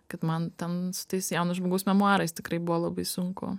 kad man ten su tais jauno žmogaus memuarais tikrai buvo labai sunku